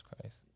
Christ